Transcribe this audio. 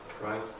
right